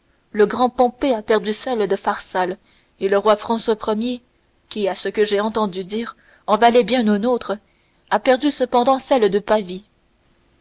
le grand pompée a perdu celle de pharsale et le roi françois ier qui à ce que j'ai entendu dire en valait bien un autre a perdu cependant celle de